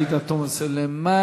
עאידה תומא סלימאן,